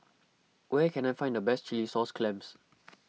where can I find the best Chilli Sauce Clams